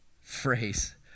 phrase